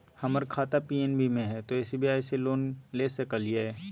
हमर खाता पी.एन.बी मे हय, तो एस.बी.आई से लोन ले सकलिए?